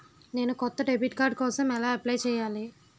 నేను కొత్త debit card కోసం ఎలా అప్లయ్ చేయాలి?